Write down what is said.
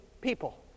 people